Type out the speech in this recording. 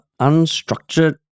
unstructured